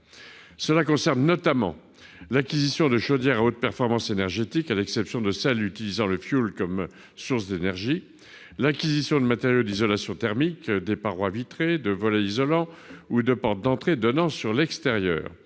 Cela concerne notamment l'acquisition de chaudières à haute performance énergétique, à l'exception de celles utilisant le fioul comme source d'énergie, l'acquisition de matériaux d'isolation thermique des parois vitrées, de volets isolants ou de portes d'entrée donnant sur l'extérieur,